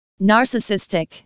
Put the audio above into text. Narcissistic